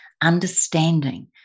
understanding